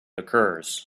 occurs